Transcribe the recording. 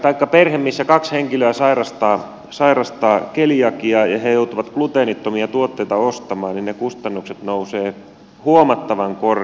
perheessä missä kaksi henkilöä sairastaa keliakiaa ja he joutuvat gluteenittomia tuotteita ostamaan kustannukset nousevat huomattavan korkeiksi